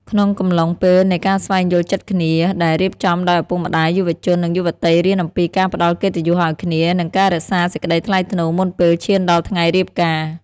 ក្នុងកំឡុងពេលនៃការស្វែងយល់ចិត្តគ្នាដែលរៀបចំដោយឪពុកម្ដាយ យុវជន និងយុវតីរៀនអំពីការផ្ដល់កិត្តិយសឱ្យគ្នា និងការរក្សាសេចក្ដីថ្លៃថ្នូរមុនពេលឈានដល់ថ្ងៃរៀបការ។